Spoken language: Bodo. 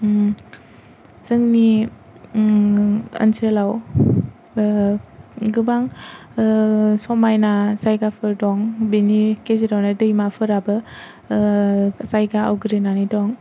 जोंनि ओनसोलाव गोबां समायना जायगाफोर दं बेनि गेजेरावनो दैमाफोराबो जायगा आवग्रिनानै दं